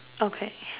okay